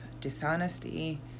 dishonesty